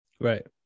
Right